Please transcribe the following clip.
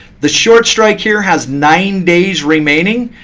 the short strike here has nine days remaining.